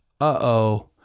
Uh-oh